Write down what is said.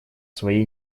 своей